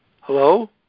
Hello